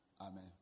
Amen